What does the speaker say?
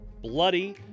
bloody